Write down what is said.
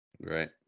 right